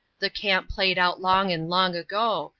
the camp played out long and long ago,